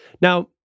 Now